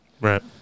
Right